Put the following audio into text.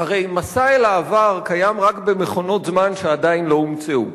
הרי מסע אל העבר קיים רק במכונות זמן שעדיין לא הומצאו.